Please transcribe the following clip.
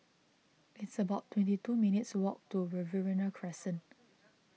it's about twenty two minutes' walk to Riverina Crescent